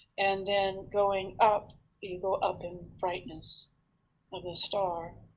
and then going up you go up in brightness of the star.